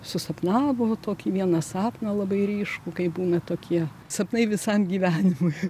susapnavo tokį vieną sapną labai ryškų kai būna tokie sapnai visam gyvenimui